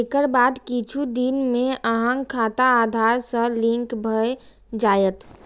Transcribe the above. एकर बाद किछु दिन मे अहांक खाता आधार सं लिंक भए जायत